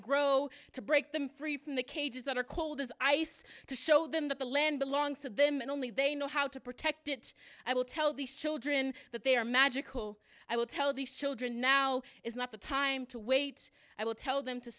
grow to break them free from the cages that are cold as ice to show them that the land belongs to them and only they know how to protect it i will tell these children that they are magical i will tell these children now is not the time to wait i will tell them to